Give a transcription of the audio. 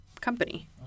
company